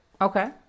Okay